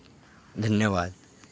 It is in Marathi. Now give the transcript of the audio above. धन्यवाद